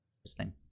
Interesting